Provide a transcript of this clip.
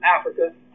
Africa